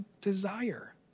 desire